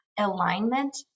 alignment